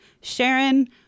Sharon